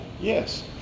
yes